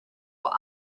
will